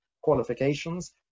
qualifications